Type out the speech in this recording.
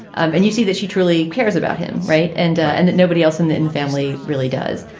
um and you see that she truly cares about him. right. and and that nobody else in the in the family really does.